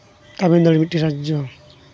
ᱛᱟᱹᱢᱤᱞᱱᱟᱹᱲᱩ ᱢᱤᱫᱴᱟᱝ ᱨᱟᱡᱽᱡᱚ